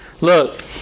Look